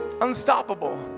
unstoppable